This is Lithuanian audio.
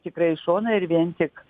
tikrai į šoną ir vien tik